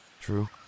True